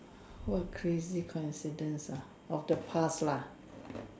what crazy coincidence ah of the past lah